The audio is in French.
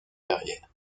carrière